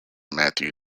matthew